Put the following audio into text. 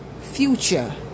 future